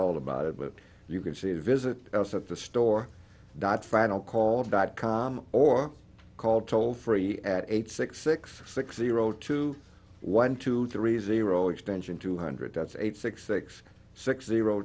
all about it but you can see a visit at the store dot final call dot com or call toll free at eight six six six zero two one two three zero extension two hundred deaths eight six six six zero